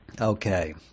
Okay